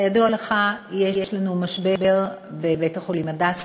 כידוע לך, יש לנו משבר בבית-החולים "הדסה",